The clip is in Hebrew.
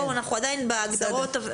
אנחנו עדיין בהגדרות.